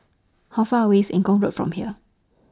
How Far away IS Eng Kong Road from here